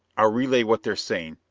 i'll relay what they're saying,